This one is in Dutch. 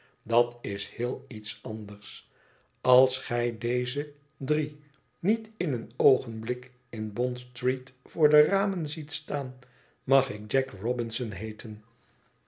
dat is heel iets anders als gij deze drie niet in een oogenblik in bond-street voor de ramen ziet staan mag ik jack robinson heeten